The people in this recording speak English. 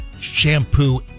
shampoo